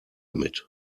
mit